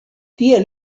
tiel